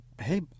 hey